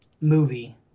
movie